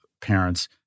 parents